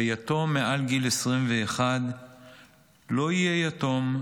ויתום מעל גיל 21 לא יהיה יתום,